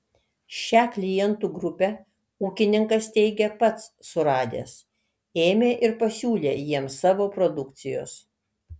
šią klientų grupę ūkininkas teigia pats suradęs ėmė ir pasiūlė jiems savo produkcijos